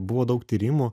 buvo daug tyrimų